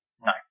No